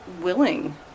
willing